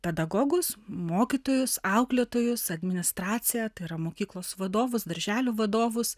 pedagogus mokytojus auklėtojus administraciją tai yra mokyklos vadovus darželių vadovus